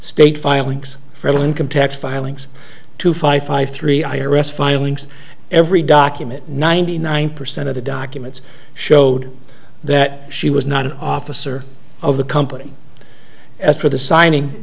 state filings for the income tax filings to five five three i r s filings every document ninety nine percent of the documents showed that she was not an officer of the company as for the signing